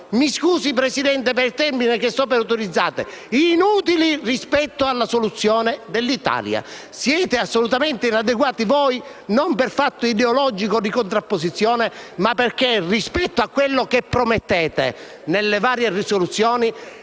signora Presidente, per il termine che sto per utilizzare - inutili rispetto alla soluzione dell'Italia. Siete assolutamente inadeguati voi, non per un fatto ideologico, di contrapposizione, ma perché, rispetto a quello che promettete nelle varie proposte